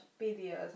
videos